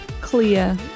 clear